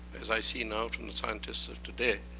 as i see know from the scientists of today,